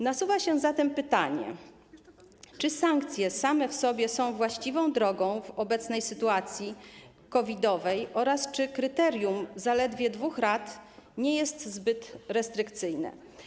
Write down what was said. Nasuwa się zatem pytanie, czy sankcje same w sobie są właściwą drogą w obecnej sytuacji COVID-owej oraz czy kryterium zaledwie dwóch rat nie jest zbyt restrykcyjne.